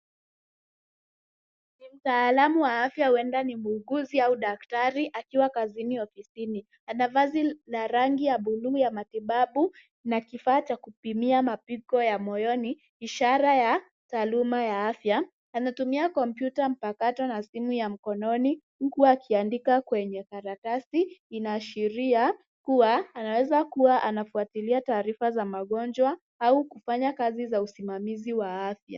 Ni mtaalamu wa afya, huenda muuguzi au daktari akiwa kazini ofisini. Ana vazi la rangi ya buluu ya matibabu na kifaa cha kupimia mapigo ya moyoni, ishara ya taaluma ya afya. Anatumia kompyuta mpakato na simu ya mkononi huku akiandika kwenye karatasi, inaashiria kuwa anaweza kuwa anafuatilia taarifa za magonjwa au kufanya kazi za usimamizi wa afya.